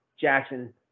Jackson